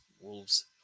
Wolves